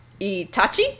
Itachi